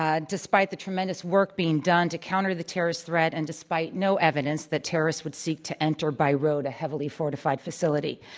ah despite the tremendous work being done to counter the terrorist threat and despite no evidence that terrorists would seek to enter by road a heavily fortified facility,